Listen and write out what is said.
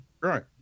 Right